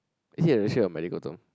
is it initially a medical term